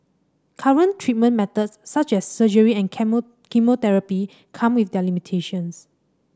current treatment methods such as surgery and chemotherapy come with their limitations